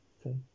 Okay